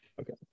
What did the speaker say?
Okay